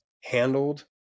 handled